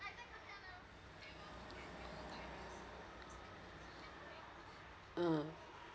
mm